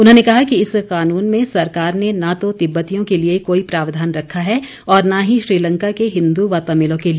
उन्होंने कहा कि इस कानून में सरकार न तो तिब्बतियों के लिए कोई प्रावधान रखा है और न ही श्रीलंका के हिंदू व तमिलों के लिए